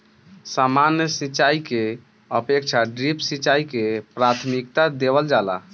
सामान्य सिंचाई के अपेक्षा ड्रिप सिंचाई के प्राथमिकता देवल जाला